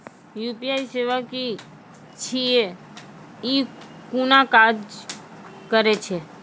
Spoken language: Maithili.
यु.पी.आई सेवा की छियै? ई कूना काज करै छै?